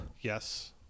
Yes